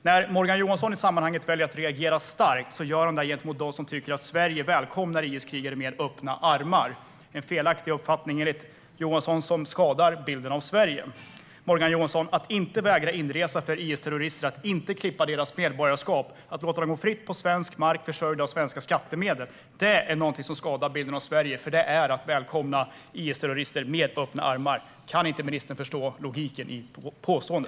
När Morgan Johansson i sammanhanget väljer att reagera starkt gör han det gentemot dem som tycker att Sverige välkomnar IS-krigare med öppna armar - enligt Johansson en felaktig uppfattning som skadar bilden av Sverige. Morgan Johansson! Att inte vägra inresa för IS-terrorister, att inte klippa deras medborgarskap, att låta dem gå fritt på svensk mark försörjda av svenska skattemedel - det är något som skadar bilden av Sverige, för det är att välkomna IS-terrorister med öppna armar. Kan inte ministern förstå logiken i detta påstående?